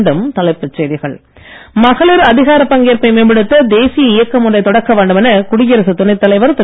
மீண்டும் தலைப்புச் செய்திகள் மகளிர் அதிகாரப் பங்கேற்பை மேம்படுத்த தேசிய இயக்கம் ஒன்றைத் தொடக்க வேண்டுமென குடியரசுத் துணைத் தலைவர் திரு